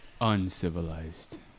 Uncivilized